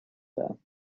there